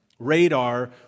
radar